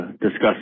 discuss